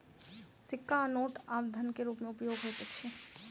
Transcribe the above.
सिक्का आ नोट आब धन के रूप में उपयोग होइत अछि